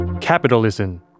Capitalism